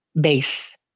base